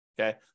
okay